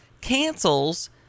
cancels